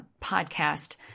podcast